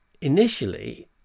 initially